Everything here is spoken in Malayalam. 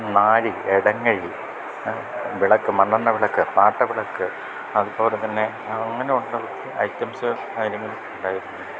നാഴി ഇടങ്ങഴി വിളക്ക് മണ്ണെണ്ണ വിളക്ക് പാട്ട വിളക്ക് അതുപോലെ തന്നെ അങ്ങനെയുള്ള ഐറ്റംസ് കാര്യങ്ങൾ ഉണ്ടായിരുന്നു